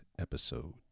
episode